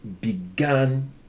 began